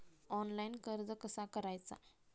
Online कर्ज कसा करायचा?